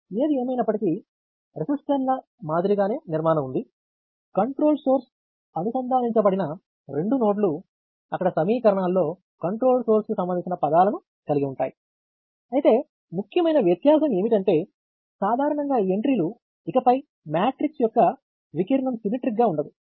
ఇది ఏమైనప్పటికీ రెసిస్టర్ల మాదిరిగానే నిర్మాణం ఉంది కంట్రోల్ సోర్స్ అనుసంధానించబడిన రెండు నోడ్లు అక్కడ సమీకరణాలు లో కంట్రోల్ సోర్స్ కి సంబంధించిన పదాలను కలిగి ఉంటాయి అయితే ముఖ్యమైన వ్యత్యాసం ఏమిటంటే సాధారణంగా ఈ ఎంట్రీలు ఇక పై మ్యాట్రిక్స్ యొక్క వికర్ణం సిమెట్రిక్ గా ఉండదు